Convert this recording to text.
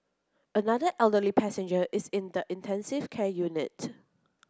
another elderly passenger is in the intensive care unit